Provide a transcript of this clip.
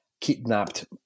kidnapped